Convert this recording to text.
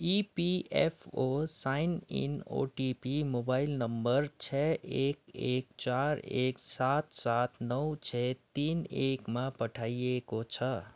EPFO sign in OTP mobile number छ एक एक चार एक सात सात नौ छ तिन एकमा पठाइएको छ